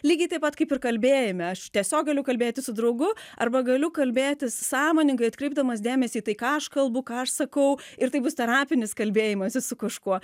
lygiai taip pat kaip ir kalbėjime aš tiesiog galiu kalbėti su draugu arba galiu kalbėtis sąmoningai atkreipdamas dėmesį į tai ką aš kalbu ką aš sakau ir tai bus terapinis kalbėjimasis su kažkuo